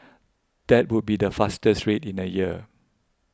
that would be the fastest rate in a year